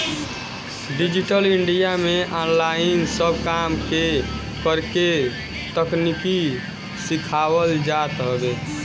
digital India में online सब काम के करेके तकनीकी सिखावल जात हवे